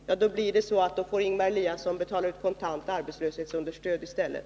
Jo, då blir det så att Ingemar Eliasson får betala ut kontant arbetslöshetsunderstöd i stället.